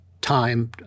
time